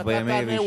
אם אתה תענה,